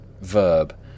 verb